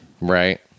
Right